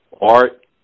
art